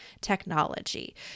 technology